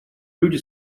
люди